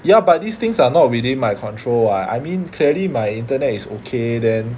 ya but these things are not within my control [what] I mean clearly my internet is okay then